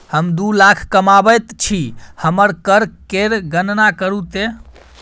हम दू लाख कमाबैत छी हमर कर केर गणना करू ते